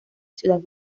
ciudad